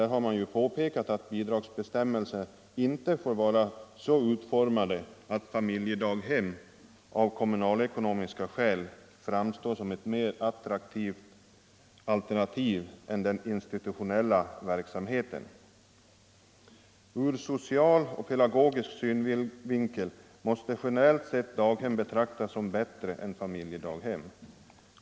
LO har där påpekat att bidragsbestämmelserna inte får vara så utformade, att familjedaghem av kommunalekonomiska skäl framstår som ett mer attraktivt alternativ än den institutionella verksamheten. Ur social och pedagogisk synvinkel måste daghem generellt sett betraktas som bättre än familjedaghem.